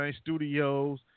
studios